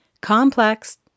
Complex